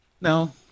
No